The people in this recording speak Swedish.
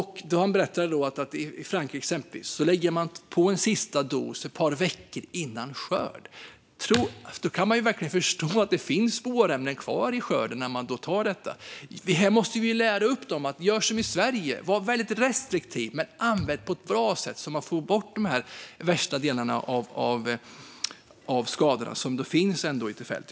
Han berättade att i Frankrike lägger man på en sista dos ett par veckor innan skörd, och då kan man ju förstå att det finns spårämnen kvar i skörden. Vi måste lära dem att göra som i Sverige: Var väldigt restriktiva, men använd det på ett bra sätt så att ni får bort de värsta delarna av skadorna ute på fälten.